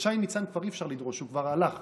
משי ניצן כבר אי-אפשר לדרוש, הוא כבר הלך.